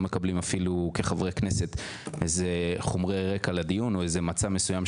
מקבלים אפילו כחברי כנסת איזה חומרי רקע לדיון או איזה מצע מסוים,